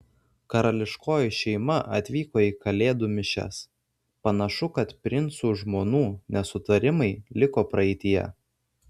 karališkoji šeima atvyko į kalėdų mišias panašu kad princų žmonų nesutarimai liko praeityje